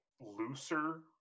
looser